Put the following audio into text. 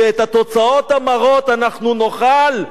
שאת התוצאות המרות אנחנו נאכל,